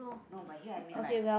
no but here I mean like